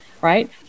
right